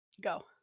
Go